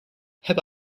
have